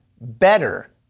better